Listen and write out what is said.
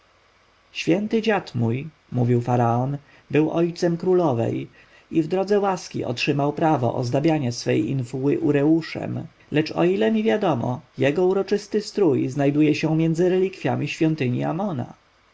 święty dziad mój mówił faraon był ojcem królowej i w drodze łaski otrzymał prawo ozdabiania swej infuły ureuszem lecz o ile mi wiadomo jego uroczysty strój znajduje się między relikwjami świątyni